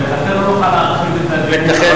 ולכן לא נוכל להרחיב את הדיון.